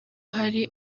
hari